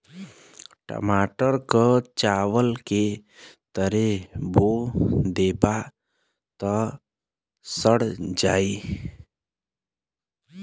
टमाटर क चावल के तरे बो देबा त सड़ जाई